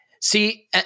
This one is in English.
see